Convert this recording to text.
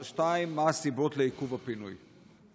2. מה הסיבות לעיכוב הפינוי?